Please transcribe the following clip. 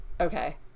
Okay